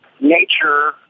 nature